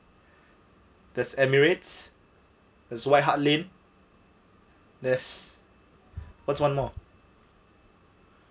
there's emirates there's there's whats one more